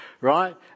Right